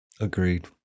Agreed